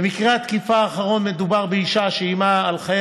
במקרה התקיפה האחרון מדובר באישה שאיימה על חיי